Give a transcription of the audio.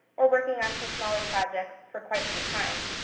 or working on some smaller projects for quite some time.